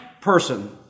person